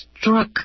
struck